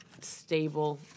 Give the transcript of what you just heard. stable